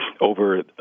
over